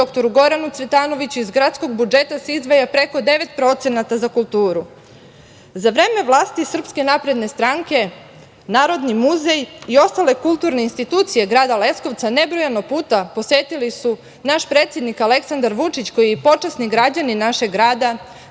dr Goranu Cvetanoviću iz gradsko budžeta se izdvaja preko 9% za kulturu. Za vreme vlasti SNS Narodni muzej i ostale kulturne institucije grada Leskovca nebrojano puta posetili su naš predsednik Aleksandar Vučić koji je počasni građanin našeg grada,